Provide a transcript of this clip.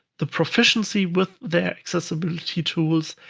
the proficiency with their accessibility tools,